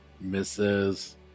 misses